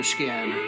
Skin